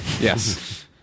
Yes